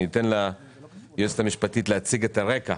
אני אתן ליועצת המשפטית להציג את הרקע